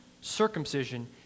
circumcision